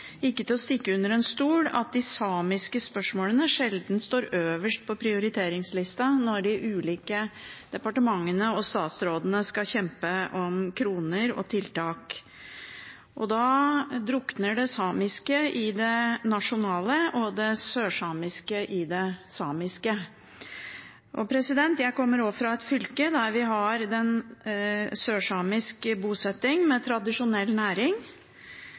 ikke til å stikke under stol at de samiske spørsmålene sjeldent står øverst på prioriteringslista når de ulike departementene og statsrådene skal kjempe om kroner og tiltak. Da drukner det samiske i det nasjonale og det sørsamiske i det samiske. Jeg kommer også fra et fylke der vi har sørsamisk bosetting med tradisjonell næring